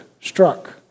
struck